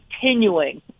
continuing